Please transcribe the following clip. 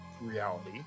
reality